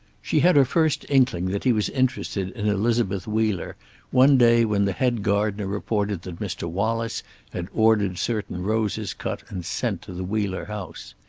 she had her first inkling that he was interested in elizabeth wheeler one day when the head gardener reported that mr. wallace had ordered certain roses cut and sent to the wheeler house.